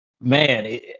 Man